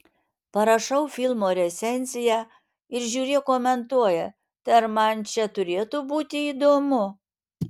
parašau filmo recenziją ir žiūrėk komentuoja tai ar man čia turėtų būti įdomu